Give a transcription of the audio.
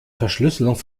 verschlüsselung